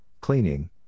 cleaning